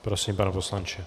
Prosím, pane poslanče.